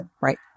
Right